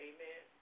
Amen